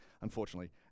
unfortunately